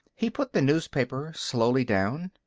he put the newspaper slowly down.